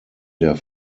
der